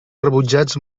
rebutjats